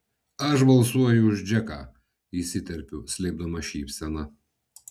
aš balsuoju už džeką įsiterpiu slėpdama šypseną